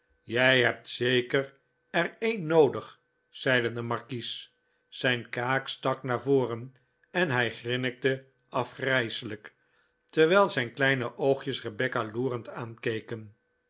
jij hebt zeker er een noodig zeide de markies zijn kaak stak naar voren en hij grinnikte afgrijselijk terwijl zijn kleine oogjes rebecca loerend aankeken